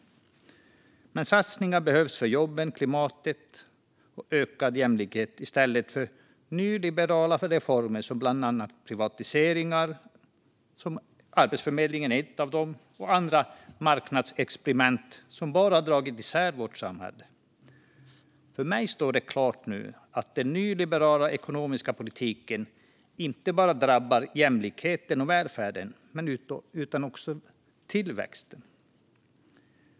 Det behövs satsningar för jobben, klimatet och ökad jämlikhet i stället för nyliberala reformer som privatiseringar - Arbetsförmedlingen är en av dem - och andra marknadsexperiment som bara har dragit isär vårt samhälle. För mig står det nu klart att den nyliberala ekonomiska politiken inte bara drabbar jämlikheten och välfärden utan också tillväxten.